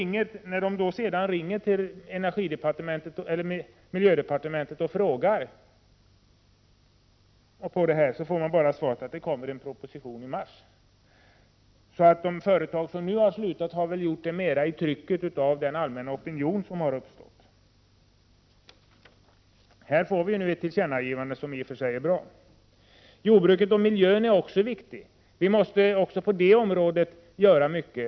När de sedan ringer till miljöoch energidepartementet och frågar får de bara svaret att det kommer en proposition i mars. Så de företag som nu har upphört med utsläppen har väl gjort detta mera på grund av trycket från den allmänna opinionen. Här får vi nu ett tillkännagivande som i och för sig är bra. Jordbruket och miljön är också viktiga. Även på detta område måste vi göra mycket.